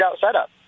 setup